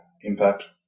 impact